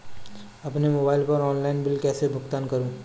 अपने मोबाइल का online bill कैसे भुगतान करूं?